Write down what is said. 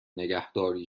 نگهداری